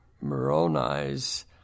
Moroni's